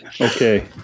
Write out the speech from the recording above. Okay